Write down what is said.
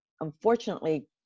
unfortunately